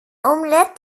omelet